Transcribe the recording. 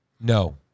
No